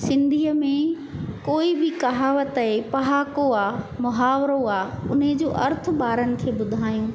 सिंधीअ में कोई बि कहावत आहे पहाको आहे मुहावरो आहे उन्हे जो अर्थ ॿारनि खे ॿुधायूं